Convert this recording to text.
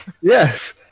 Yes